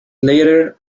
later